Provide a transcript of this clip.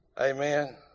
Amen